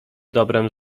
dobrem